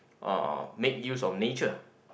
uh make use of nature